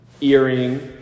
earring